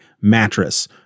Mattress